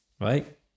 right